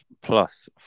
plus